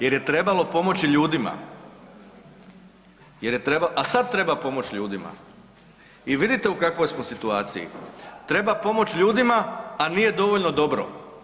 Jer je trebalo pomoći ljudima, a sad treba pomoć ljudima i vidite u kakvoj smo situaciji, treba pomoć ljudima, a nije dovoljno dobro.